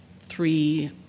three